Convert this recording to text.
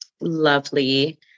lovely